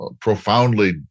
profoundly